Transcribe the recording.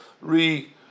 re